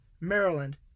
Maryland